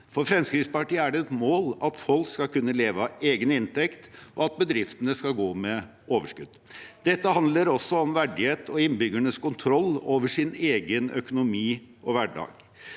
For Fremskrittspartiet er det et mål at folk skal kunne leve av egen inntekt, og at bedriftene skal gå med overskudd. Dette handler også om verdighet og innbyggernes kontroll over sin egen økonomi og hverdag.